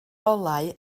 olau